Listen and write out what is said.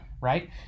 right